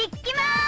like athena